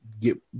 get